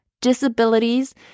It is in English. disabilities